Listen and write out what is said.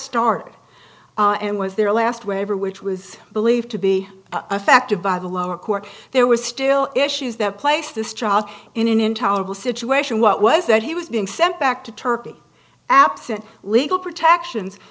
start and was their last waiver which was believed to be affected by the lower court there was still issues that place this child in an intolerable situation what was that he was being sent back to turkey absent legal protections